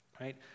right